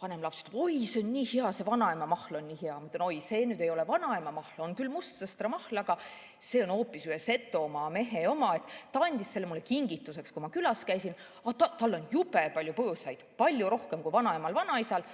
Vanem laps ütles: "Oi, see on nii hea! See vanaema mahl on nii hea!" Mina ütlesin, et see ei ole vanaema mahl, on küll mustsõstramahl, aga see on hoopis ühe Setomaa mehe oma. Ta andis selle mulle kingituseks, kui ma külas käisin. Tal on jube palju põõsaid, palju rohkem kui vanaemal-vanaisal,